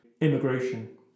immigration